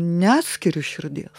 neskiriu širdies